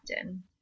often